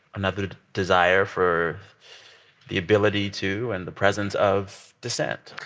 another desire for the ability to and the presence of dissent?